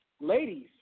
Ladies